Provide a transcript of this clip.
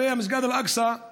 הרי המסגד אל-אקצא הוא